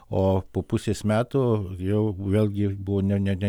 o po pusės metų jau vėlgi buvo ne ne ne